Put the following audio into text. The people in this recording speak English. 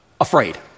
afraid